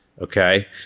okay